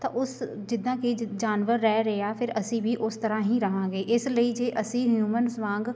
ਤਾਂ ਉਸ ਜਿੱਦਾਂ ਕਿ ਜਾਨਵਰ ਰਹਿ ਰਹੇ ਆ ਫਿਰ ਅਸੀਂ ਵੀ ਉਸ ਤਰ੍ਹਾਂ ਹੀ ਰਹਾਂਗੇ ਇਸ ਲਈ ਜੇ ਅਸੀਂ ਹਿਊਮਨਸ ਵਾਂਗ